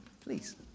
please